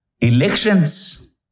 elections